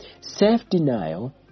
Self-denial